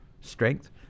strength